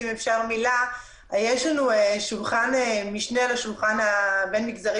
יש לנו שולחן משנה לשולחן הבין מגזרי